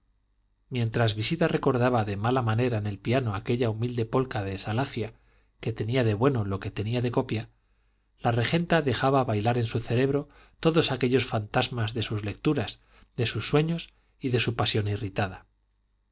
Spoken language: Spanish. mientras visita recordaba de mala manera en el piano aquella humilde polka de salacia que tenía de bueno lo que tenía de copia la regenta dejaba bailar en su cerebro todos aquellos fantasmas de sus lecturas de sus sueños y de su pasión irritada